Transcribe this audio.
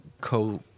co